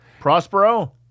Prospero